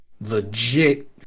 legit